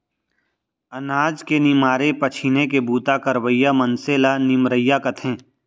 अनाज के निमारे पछीने के बूता करवइया मनसे ल निमरइया कथें